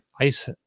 ICE